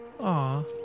Aw